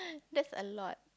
that's a lot